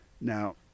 Now